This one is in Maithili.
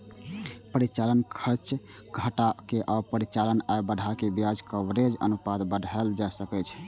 परिचालन खर्च घटा के आ परिचालन आय बढ़ा कें ब्याज कवरेज अनुपात बढ़ाएल जा सकै छै